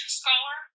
scholar